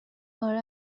اره